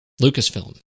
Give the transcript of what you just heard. Lucasfilm